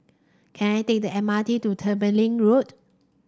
can I take the M R T to Tembeling Road